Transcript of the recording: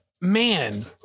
man